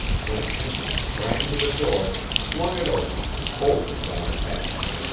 then henry sprang to the door, flung it open, and bolted down the passage.